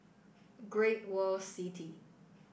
Great World City